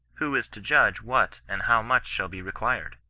who is to judge what and how much shall be required!